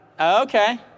Okay